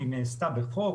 והיא נעשתה בחוק,